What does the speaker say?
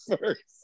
first